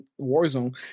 Warzone